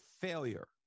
failure